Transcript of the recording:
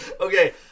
okay